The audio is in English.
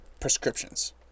prescriptions